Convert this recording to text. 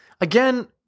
again